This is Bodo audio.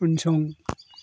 उनसं